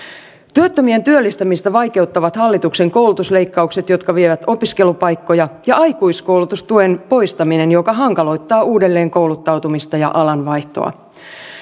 työttömien työllistämistä vaikeuttavat hallituksen koulutusleikkaukset jotka vievät opiskelupaikkoja ja aikuiskoulutustuen poistaminen joka hankaloittaa uudelleen kouluttautumista ja alanvaihtoa